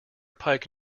pike